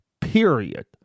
Period